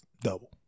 Double